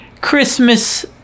Christmas